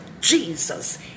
Jesus